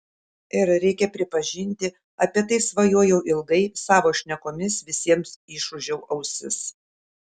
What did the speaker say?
ir reikia pripažinti apie tai svajojau ilgai savo šnekomis visiems išūžiau ausis